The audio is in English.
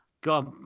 God